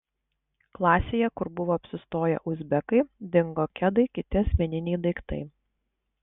klasėje kur buvo apsistoję uzbekai dingo kedai kiti asmeniniai daiktai